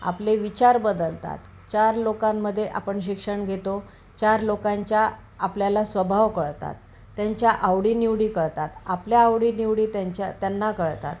आपले विचार बदलतात चार लोकांमध्ये आपण शिक्षण घेतो चार लोकांचा आपल्याला स्वभाव कळतात त्यांच्या आवडीनिवडी कळतात आपल्या आवडीनिवडी त्यांच्या त्यांना कळतात